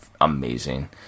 amazing